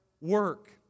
work